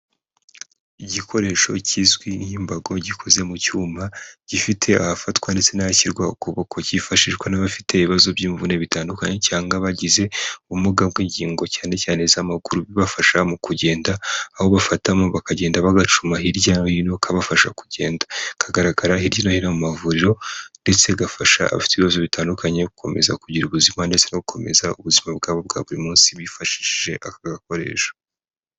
Igikoresho kizwi nk'imbago gikoze mu cyuma gifite ahafatwa ndetse n'ashyirwa ukuboko cyifashishwa n'abafite ibibazo by'imvune bitandukanye cyangwa abagize ubumuga bw'ingingo cyane cyane iz'amaguru bibafasha mu kugenda aho bafatamo bakagenda bagacuma hirya no hino kabafasha kugenda, kagaragara hirya no hino mu mavuriro ndetse gafasha abafite ibibazo bitandukanye gukomeza kugira ubuzima ndetse no gukomeza ubuzima bwabo bwa buri munsi bifashishije aka gakoresho.